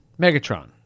Megatron